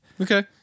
okay